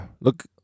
look